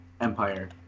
Empire